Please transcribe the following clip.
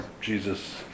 Jesus